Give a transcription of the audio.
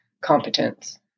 competence